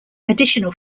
additional